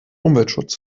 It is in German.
umweltschutz